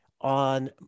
on